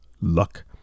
luck